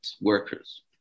workers